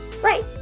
Right